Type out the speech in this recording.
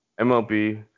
MLB